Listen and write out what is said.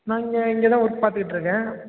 நான் இங்கே இங்கே தான் ஒர்க் பார்த்துட்ருக்கேன்